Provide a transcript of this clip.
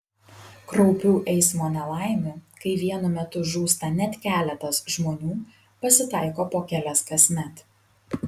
kraupių eismo nelaimių kai vienu metu žūsta net keletas žmonių pasitaiko po kelias kasmet